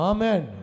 Amen